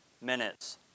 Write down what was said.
minutes